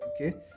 okay